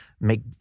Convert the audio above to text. make